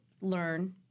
learn